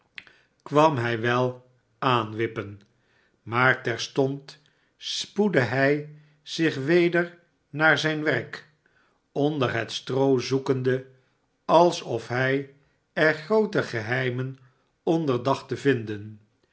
kwam hij wel aanwippen maar terstond spoedde hij zich weder naar zijn werk onder het stroo zoekende alsof hij er groote geheimen onder dacht te vinden